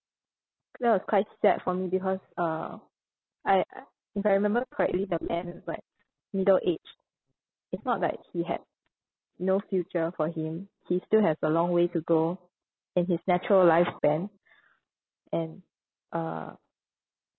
that was quite sad for me because uh I if I remember correctly the man was like middle age it's not like he had no future for him he still has a long way to go in his natural lifespan and uh